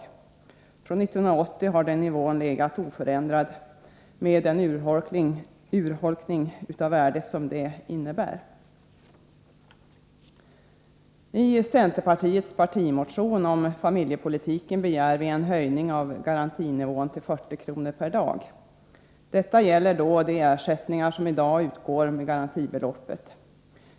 Från 1980 har den nivån legat oförändrad med den urholkning av värdet som det innebär. I centerpartiets partimotion om familjepolitiken begär vi en höjning av garantinivån till 40 kr. per dag. Detta gäller då de ersättningar som i dag utgår med garantibeloppet.